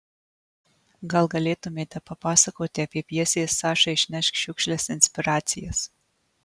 gal galėtumėte papasakoti apie pjesės saša išnešk šiukšles inspiracijas